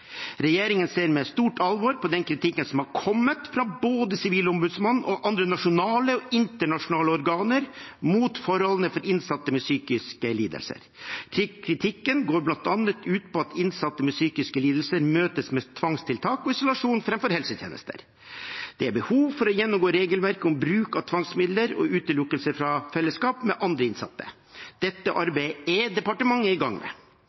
Regjeringen ser med stort alvor på den kritikken som har kommet både fra sivilombudsmannen og fra andre nasjonale og internasjonale organer, mot forholdene for innsatte med psykiske lidelser. Kritikken går bl.a. ut på at innsatte med psykiske lidelser møtes med tvangstiltak og isolasjon framfor helsetjenester. Det er behov for å gjennomgå regelverket om bruk av tvangsmidler og utelukkelse fra fellesskap med andre innsatte. Dette arbeidet er departementet i gang med.